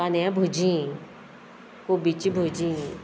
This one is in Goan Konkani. कांद्या भजी कोबीची भजी